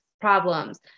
problems